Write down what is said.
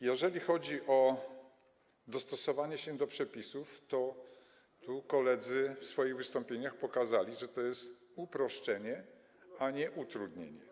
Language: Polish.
Jeżeli chodzi o dostosowanie się do przepisów, to tu koledzy w swoich wystąpieniach pokazali, że to jest uproszczenie, a nie utrudnienie.